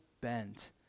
bent